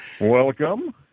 Welcome